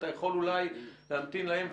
אתה אולי להמתין להם?